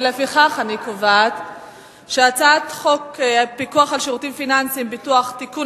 לפיכך אני קובעת שהצעת חוק הפיקוח על שירותים פיננסיים (ביטוח) (תיקון,